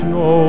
no